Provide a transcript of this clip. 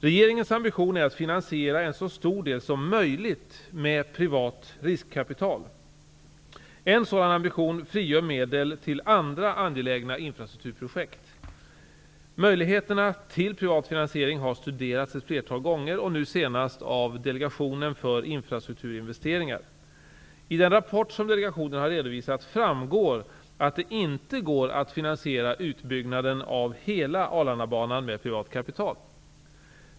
Regeringens ambition är att finansiera en så stor del som möjligt med privat riskkapital. En sådan ambition frigör medel till andra angelägna infrastrukturprojekt. Möjligheterna till privat finansiering har studerats ett flertal gånger och nu senast av Delegationen för infrastrukturinvesteringar . I den rapport som delegationen har redovisat framgår att det inte går att finansiera utbyggnaden av hela Arlandabanan med privat kapital.